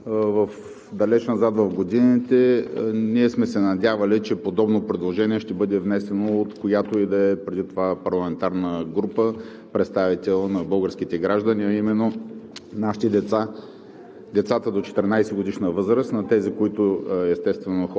Много преди да станем част от българския парламент – далеч назад в годините, ние сме се надявали, че подобно предложение ще бъде внесено от която и да е преди това парламентарна група, представител на българските граждани, а именно нашите деца,